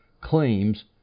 claims